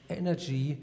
energy